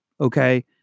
Okay